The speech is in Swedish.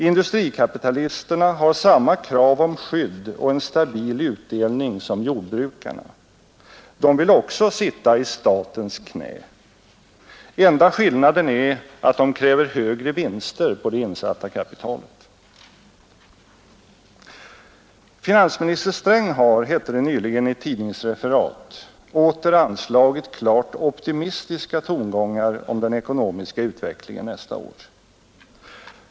Industrikapitalisterna har samma krav om skydd och en stabil utdelning som jordbrukarna. De vill också sitta i statens knä. Enda skillnaden är att de kräver högre vinster på det insatta kapitalet. Finansminister Sträng har, hette det nyligen i ett tidningsreferat, åter anslagit klart optimistiska tongångar om den ekonomiska utvecklingen nästa år.